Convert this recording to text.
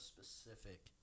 specific